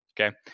okay